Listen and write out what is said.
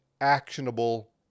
actionable